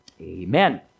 Amen